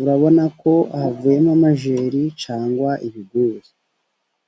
urabona ko havuyemo amajeri cyangwa ibigori.